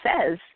says